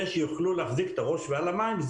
כדי שיוכלו להחזיק את הראש מעל המים,